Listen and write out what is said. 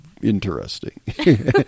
interesting